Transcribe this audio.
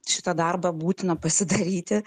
šitą darbą būtina pasidaryti